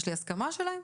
יש לי הסכמה שלהם?